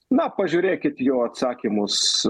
na pažiūrėkit jo atsakymus